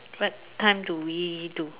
what time do we do